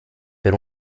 per